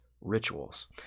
rituals